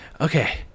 Okay